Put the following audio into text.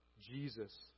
Jesus